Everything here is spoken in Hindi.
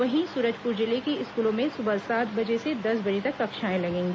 वहीं सूरजपुर जिले के स्कूलों में सुबह सात बजे से दस बजे तक कक्षाएं लगेंगी